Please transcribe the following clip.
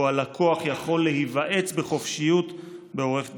שבו הלקוח יכול להיוועץ בחופשיות בעורך דינו,